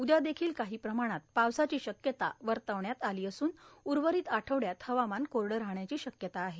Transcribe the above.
उद्यादेखिल काही प्रमाणात पावसाची शक्यता वर्तवण्यात आली असून उर्वरित आठवड्यात हवामान कोरडं राहण्याची शक्यता आहे